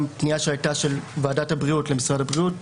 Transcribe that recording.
הייתה פנייה של ועדת הבריאות למשרד הבריאות,